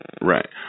Right